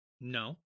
No